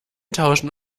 tauschen